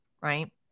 right